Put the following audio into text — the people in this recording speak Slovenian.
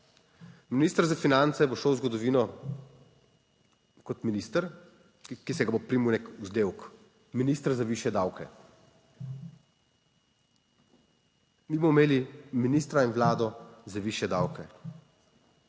Minister za finance bo šel v zgodovino kot minister, ki se ga bo prijel nek vzdevek, minister za višje davke. Mi bomo imeli ministra in Vlado za višje davke.